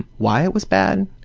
why it was bad,